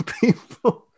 people